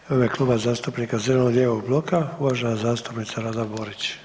u ime Kluba zastupnika zeleno-lijevog bloka uvažena zastupnica Rada Borić.